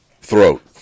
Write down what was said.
throat